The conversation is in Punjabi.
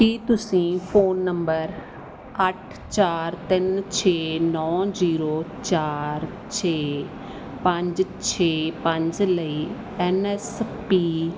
ਕੀ ਤੁਸੀਂ ਫ਼ੋਨ ਨੰਬਰ ਅੱਠ ਚਾਰ ਤਿੰਨ ਛੇ ਨੌਂ ਜੀਰੋ ਚਾਰ ਛੇ ਪੰਜ ਛੇ ਪੰਜ ਲਈ ਐਨ ਐਸ ਪੀ